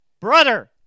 brother